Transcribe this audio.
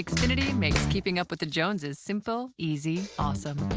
xfinity makes keeping up with the joneses simple. easy. awesome.